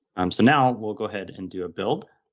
um so now we'll go ahead and do a build,